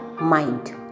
mind